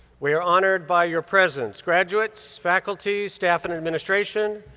we are honored by your presence, graduates, faculty, staff and administration,